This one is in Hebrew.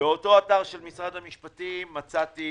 באתר של משרד המשפטים מצאתי